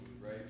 right